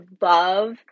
love